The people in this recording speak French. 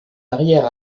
arrière